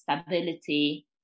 stability